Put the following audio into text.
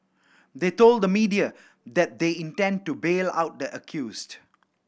they told the media that they intend to bail out the accused